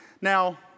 Now